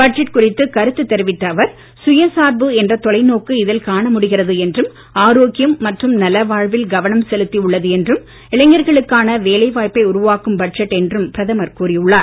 budget குறித்து கருத்து தெரிவித்த அவர் சுயசார்பு என்ற தொலைநோக்கு இதில் காணமுடிகிறது எடின்றும் ஆரோக்கியம் மற்றும் நலவாழ்வில் கவனம் செலுத்தி உள்ளது என்றும் இளைஞர்களுக்கான வேலை வாய்ப்பை உருவாக்கும் பட்ஜெட் என்றும் பிரதமர் கூறி உள்ளார்